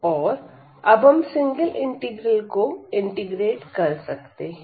और अब हम सिंगल इंटीग्रल को इंटीग्रेट कर सकते हैं